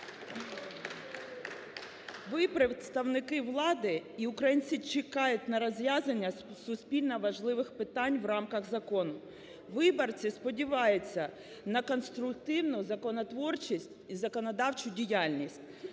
Ви – представники влади, і українці чекають на розв'язання суспільно важливих питань в рамках закону. Виборці сподіваються на конструктивну законотворчість і законодавчу діяльність